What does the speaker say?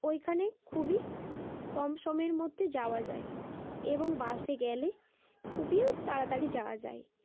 ওইখানে খুবই কম সময়ের মধ্যে যাওয়া যায় এবং বাসে গেলে খুবই তাড়াতাড়ি যাওয়া যায়